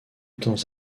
temps